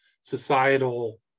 societal